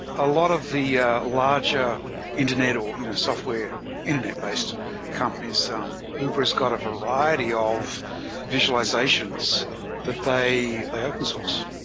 a lot of the ah larger internet or you know software internet-based companies, uber has got a variety of visualizations that they they open source.